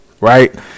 right